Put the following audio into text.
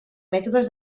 mètodes